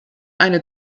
eine